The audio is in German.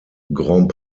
grand